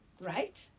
right